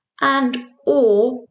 and/or